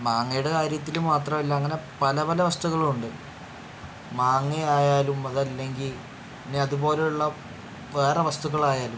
മാങ്ങയുടെ കാര്യത്തിൽ മാത്രമല്ല അങ്ങനെ പല പല വസ്തുക്കൾ ഉണ്ട് മാങ്ങ ആയാലും അത് അല്ലെങ്കിൽ പിന്നെ അതുപോലെ ഉള്ള വേറെ വസ്തുക്കൾ ആയാലും